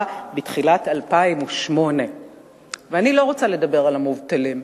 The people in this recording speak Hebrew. בתחילת 2008. ואני לא רוצה לדבר על המובטלים.